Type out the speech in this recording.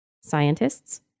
scientists